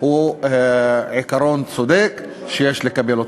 הוא עיקרון צודק שיש לקבל אותו.